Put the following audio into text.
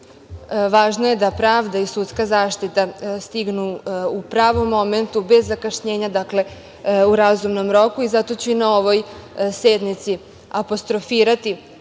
inače. Važno je da pravda i sudska zaštita stignu u pravom momentu bez zakašnjenja u razumnom roku dakle, zato ću na ovoj sednici apostrofirati